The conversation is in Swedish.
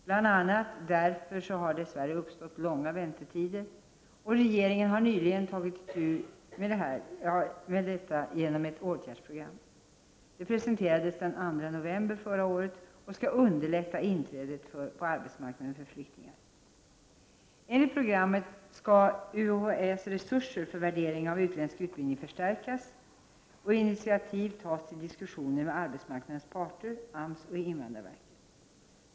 Bl.a. därför har det dess värre uppstått långa väntetider, och regeringen har nyligen tagit itu med detta genom ett åtgärdsprogram. Det presenterades den 2 november förra året och skall bl.a. underlätta inträdet på arbetsmarknaden för flyktingar. Enligt programmet skall UHÄ:s resurser för värdering av utländsk utbildning förstärkas och initiativ tas till diskussioner med arbetsmarknadens parter, AMS och invandrarverket.